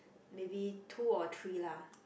maybe two or three lah